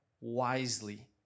wisely